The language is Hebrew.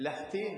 להחתים?